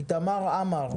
איתמר אמר,